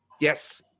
yes